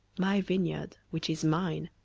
my vineyard, which is mine,